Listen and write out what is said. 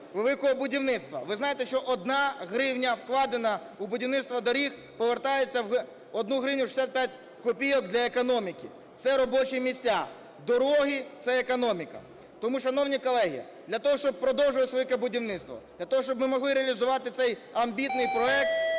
Ви знаєте, що 1 гривня, вкладена в будівництво доріг, повертається в 1 гривню 65 копійок для економіки. Це – робочі місця, дороги – це економіка. Тому, шановні колеги, для того, щоб продовжувати велике будівництво, для того, щоб ми могли реалізувати цей амбітний проект,